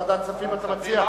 ועדת הכספים אתה מציע.